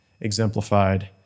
exemplified